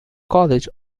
college